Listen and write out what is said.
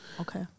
Okay